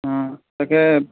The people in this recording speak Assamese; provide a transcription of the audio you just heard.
অঁ তাকে